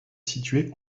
situé